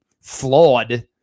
flawed